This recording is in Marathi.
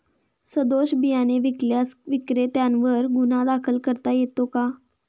सदोष बियाणे विकल्यास विक्रेत्यांवर गुन्हा दाखल करता येतो का?